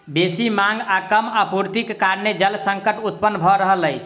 बेसी मांग आ कम आपूर्तिक कारणेँ जल संकट उत्पन्न भ रहल अछि